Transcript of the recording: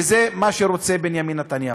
וזה מה שרוצה בנימין נתניהו.